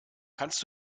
kannst